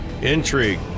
intrigue